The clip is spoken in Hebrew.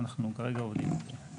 אנחנו כרגע עובדים על זה.